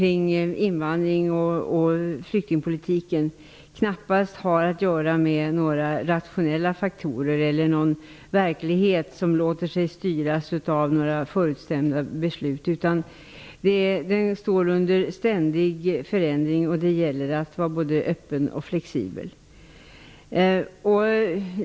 Invandrar och flyktingpolitiken har knappast att göra med några rationella faktorer eller med någon verklighet som låter sig styras av förutbestämda beslut. Den står under ständig förändring. Det gäller att vara både öppen och flexibel.